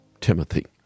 Timothy